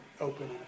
open